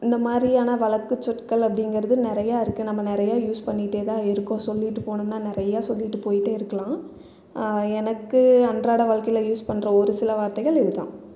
இந்த மாதிரியான வழக்குச் சொற்கள் அப்படிங்கிறது நிறையா இருக்கு நம்ம நிறையா யூஸ் பண்ணிட்டே தான் இருக்கோம் சொல்லிகிட்டு போகணும்னா நிறையா சொல்லிகிட்டு போய்ட்டே இருக்கலாம் எனக்கு அன்றாட வாழக்கையில் யூஸ் பண்ணுற ஒரு சில வார்த்தைகள் இது தான்